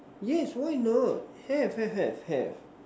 yes why not have have have have